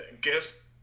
guess